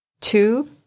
Two